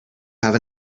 have